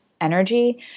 energy